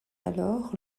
alors